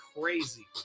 crazy